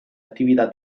attività